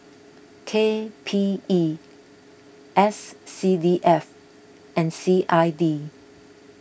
K P E S C D F and C I D